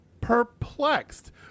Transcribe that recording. perplexed